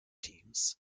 teams